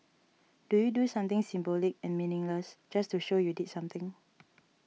do you do something symbolic and meaningless just to show you did something